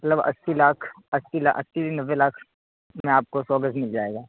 مطلب اسی لاکھ اسی اسی نوے لاکھ میں آپ کو سو گز مل جائے گا